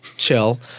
chill